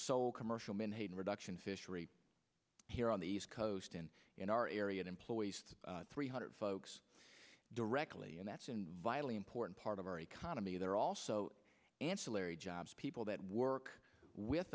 sole commercial menhaden reduction fishery here on the east coast and in our area and employees three hundred folks directly and that's an vitally important part of our economy there are also ancillary jobs people that work with